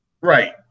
Right